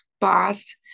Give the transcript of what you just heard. boss